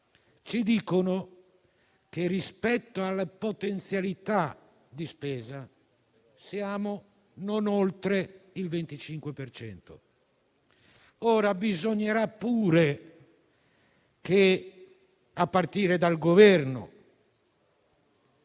ci dicono però che, rispetto alle potenzialità di spesa, siamo non oltre il 25 per cento. Bisognerà pure che, a partire dal Governo,